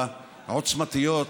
העוצמתיות,